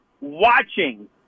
watching